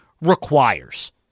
requires